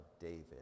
David